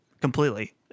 Completely